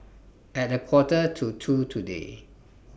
At A Quarter to two today